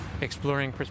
exploring